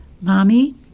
Mommy